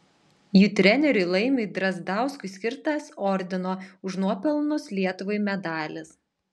jų treneriui laimiui drazdauskui skirtas ordino už nuopelnus lietuvai medalis